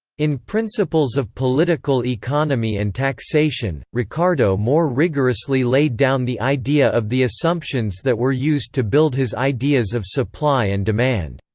in principles of political economy and taxation, ricardo more rigorously laid down the idea of the assumptions that were used to build his ideas of supply and demand.